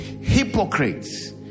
Hypocrites